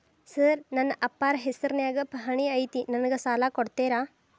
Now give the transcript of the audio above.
Sir ನನ್ನ ಅಪ್ಪಾರ ಹೆಸರಿನ್ಯಾಗ್ ಪಹಣಿ ಐತಿ ನನಗ ಸಾಲ ಕೊಡ್ತೇರಾ?